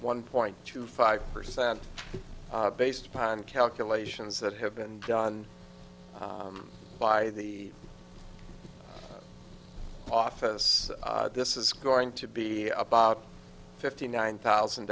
one point two five percent based upon calculations that have been done by the office this is going to be about fifty nine thousand